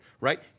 right